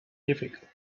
difficult